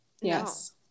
yes